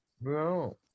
Bro